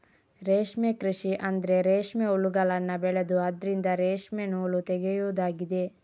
ರೇಷ್ಮೆ ಕೃಷಿ ಅಂದ್ರೆ ರೇಷ್ಮೆ ಹುಳಗಳನ್ನ ಬೆಳೆದು ಅದ್ರಿಂದ ರೇಷ್ಮೆ ನೂಲು ತೆಗೆಯುದಾಗಿದೆ